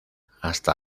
hasta